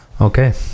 Okay